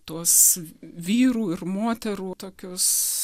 tuos vyrų ir moterų tokius